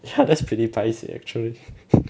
ya that's pretty paiseh actually